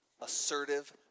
assertive